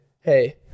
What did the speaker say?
hey